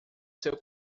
seu